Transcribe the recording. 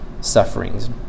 sufferings